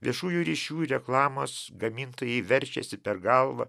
viešųjų ryšių reklamos gamintojai verčiasi per galvą